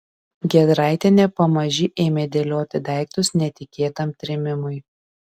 giedraitienė pamaži ėmė dėlioti daiktus netikėtam trėmimui